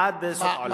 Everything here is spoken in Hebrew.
עד סוף העולם.